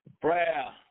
prayer